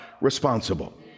responsible